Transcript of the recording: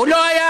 הוא לא היה